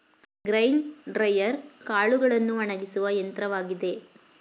grain dryer ಕಾಳುಗಳನ್ನು ಒಣಗಿಸುವ ಯಂತ್ರವಾಗಿದೆ